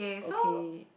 okay